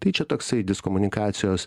tai čia toksai diskomunikacijos